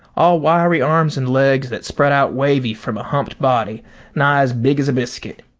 all wiry arms and legs that spread out wavy from a humped body nigh as big's a biscuit.